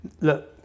Look